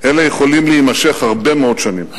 אלה יכולים להימשך הרבה מאוד שנים.